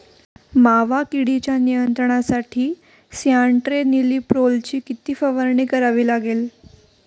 मावा किडीच्या नियंत्रणासाठी स्यान्ट्रेनिलीप्रोलची किती फवारणी करावी लागेल?